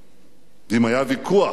ואם היה ויכוח, והיה,